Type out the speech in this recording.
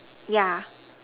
yeah